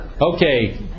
Okay